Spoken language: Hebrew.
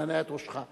מנענע את ראשך.